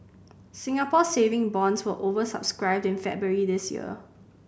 Singapore Saving Bonds were over subscribed in February this year